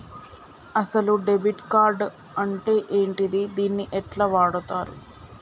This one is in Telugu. అసలు డెబిట్ కార్డ్ అంటే ఏంటిది? దీన్ని ఎట్ల వాడుతరు?